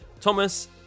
Thomas